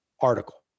article